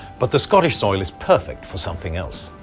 but the scottish soil is perfect for something else.